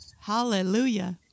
Hallelujah